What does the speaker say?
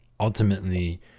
ultimately